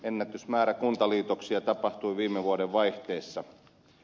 ennätysmäärä kuntaliitoksia tapahtui viime vuodenvaihteessa